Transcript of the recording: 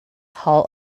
hall